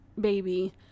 baby